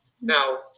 Now